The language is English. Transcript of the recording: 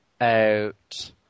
out